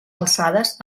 alçades